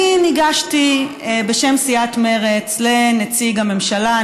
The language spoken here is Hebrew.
אני ניגשתי בשם סיעת מרצ לנציג הממשלה,